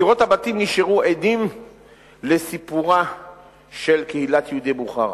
קירות הבתים נשארו עדים לסיפורה של קהילת יהודי בוכרה,